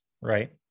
Right